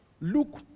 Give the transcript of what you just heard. look